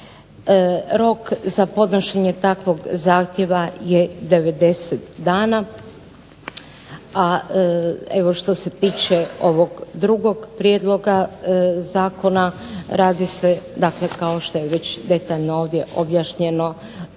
Rok za podnošenje takvog zahtjeva je 90 dana. A evo što se tiče ovog drugog prijedloga zakona radi se, dakle kao što je već detaljno ovdje objašnjeno da